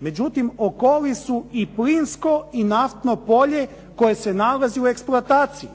međutim Okoli su i plinsko i naftno polje koje se nalazi u eksploataciji.